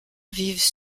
vivent